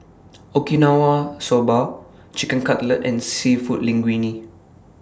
Okinawa Soba Chicken Cutlet and Seafood Linguine